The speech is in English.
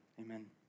Amen